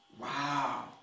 Wow